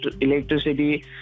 electricity